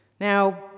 Now